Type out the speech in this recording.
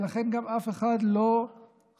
ולכן גם אף אחד לא חשב